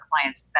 clients